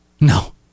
no